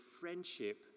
friendship